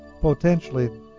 potentially